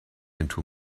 into